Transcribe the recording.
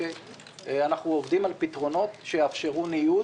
אנחנו עובדים על פתרונות שיאפשרו ניוד